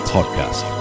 Podcast